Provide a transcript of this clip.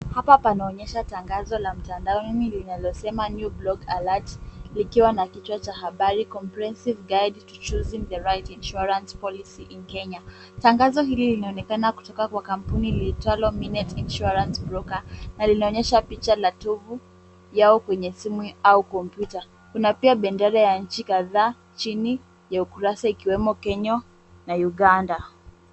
Hapa panaonyesha tangazo la mtandaoni linalosema new blog alert likiwa na kichwa cha habari comprehensive guide to choosing the right insurance policy in Kenya . Tangazo hili linaonekana kutoka kwa kampuni liitwalo Minet Insurance Broker Na linaonyesha picha ya tovuti yao kwenye simu au kompyuta. Kuna pia bendera kadhaa chini ya ukurasa ikiwemo Kenya na Uganda.